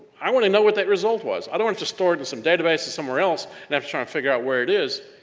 i wanna know what that result was. i don't wanna just store it in some database or somewhere else, and have to try and figure out where it is,